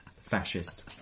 fascist